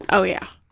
oh, yeah,